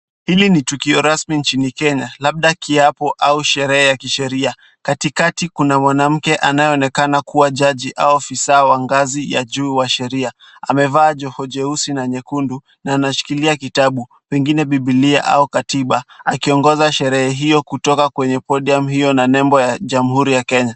Hili ni tukio rasmi nchiini Kenya, labda kiapo au sherehe ya kisheria. Kati kati kuna mwanamke anyeonekana kuwa jaji au ofisa wa ngazi ya juu ya sheria. Amevaa joho jeusi na nyekundu na anashikilia kitabu pengine Bibilia au katiba akiongoza sherehe hiyo kutoka kwenye podium hiyo na nembo ya Jamhuri ya Kenya.